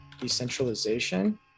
decentralization